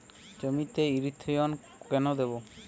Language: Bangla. জমিতে ইরথিয়ন কেন দেবো?